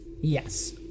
Yes